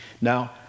Now